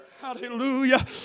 Hallelujah